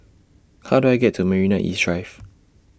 How Do I get to Marina East Drive